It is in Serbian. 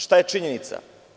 Šta je činjenica?